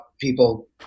people